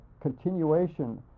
continuation